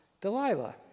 Delilah